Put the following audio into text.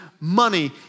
money